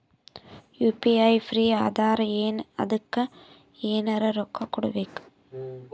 UPI free ಅದಾರಾ ಏನ ಅದಕ್ಕ ಎನೆರ ರೊಕ್ಕ ಕೊಡಬೇಕ?